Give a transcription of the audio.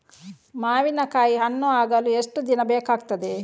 ಮಾವಿನಕಾಯಿ ಹಣ್ಣು ಆಗಲು ಎಷ್ಟು ದಿನ ಬೇಕಗ್ತಾದೆ?